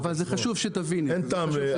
אין טעם,